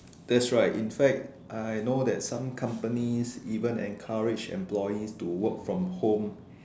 that's right in fact I know that some companies even encourage employees to work from home